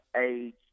age